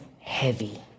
heavy